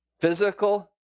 physical